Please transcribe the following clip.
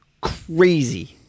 crazy